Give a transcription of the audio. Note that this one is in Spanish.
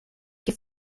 que